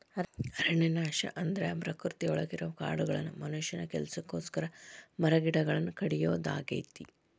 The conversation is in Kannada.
ಅರಣ್ಯನಾಶ ಅಂದ್ರ ಪ್ರಕೃತಿಯೊಳಗಿರೋ ಕಾಡುಗಳನ್ನ ಮನುಷ್ಯನ ಕೆಲಸಕ್ಕೋಸ್ಕರ ಮರಗಿಡಗಳನ್ನ ಕಡಿಯೋದಾಗೇತಿ